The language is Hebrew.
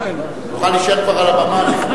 תוכל להישאר כבר על הבמה,